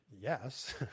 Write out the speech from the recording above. yes